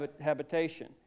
habitation